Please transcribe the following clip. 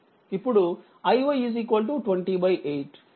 5 ampere